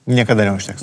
niekada neužteks